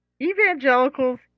Evangelicals